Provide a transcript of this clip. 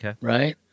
right